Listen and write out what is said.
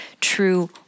true